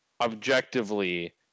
objectively